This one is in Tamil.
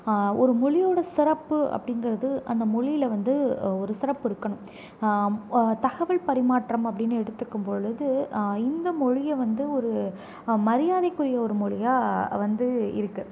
ஒரு மொழியோட சிறப்பு அப்படிங்கிறது அந்த மொழியில வந்து ஒரு சிறப்பிருக்கணும் தகவல் பரிமாற்றம் அப்படின்னு எடுத்துக்கும்பொழுது இந்த மொழியை வந்து ஒரு மரியாதைக்குரிய ஒரு மொழியாக வந்து இருக்குது